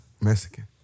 Mexican